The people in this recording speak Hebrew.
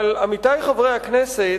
אבל, עמיתי חברי הכנסת,